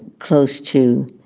close to